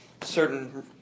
certain